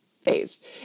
Phase